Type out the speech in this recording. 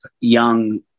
young